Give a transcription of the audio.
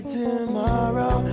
tomorrow